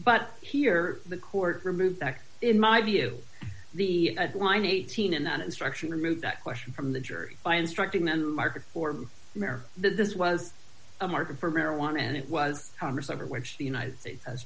but here the court removed that in my view the headline eighteen in that instruction removed that question from the jury by instructing the market for marriage this was a market for marijuana and it was congress under which the united states has